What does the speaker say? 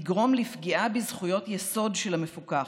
תגרום לפגיעה בזכויות יסוד של המפוקח,